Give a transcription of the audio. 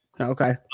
okay